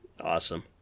Awesome